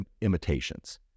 imitations